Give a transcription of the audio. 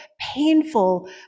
painful